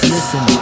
Listen